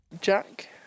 Jack